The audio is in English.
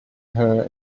her